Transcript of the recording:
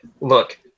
Look